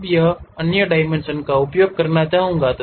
अब अन्य डायमेंशन का उपयोग करना चाहूंगा